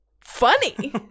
funny